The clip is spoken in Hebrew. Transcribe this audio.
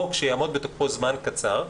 חוק שיעמוד בתוקפו זמן קצר,